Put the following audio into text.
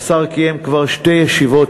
השר קיים כבר שתי ישיבות,